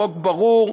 חוק ברור,